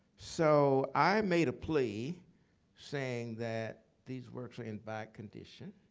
so i made a plea saying that, these works are in bad condition.